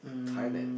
Thailand